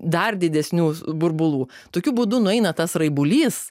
dar didesnių burbulų tokiu būdu nueina tas raibulys